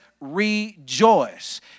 rejoice